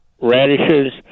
radishes